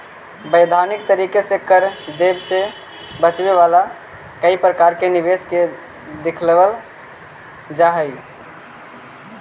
वैधानिक तरीके से कर देवे से बचावे वाला कई प्रकार के निवेश के दिखावल जा हई